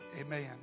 Amen